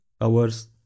hours